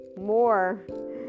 more